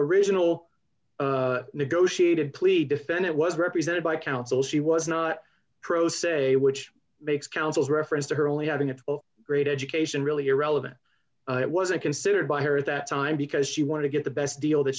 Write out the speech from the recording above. original negotiated plea defendant was represented by counsel she was not pro se which makes counsel's reference to her only having a great education really irrelevant it wasn't considered by her at that time because she wanted to get the best deal that